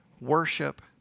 worship